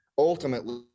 Ultimately